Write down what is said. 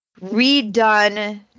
redone